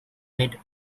mid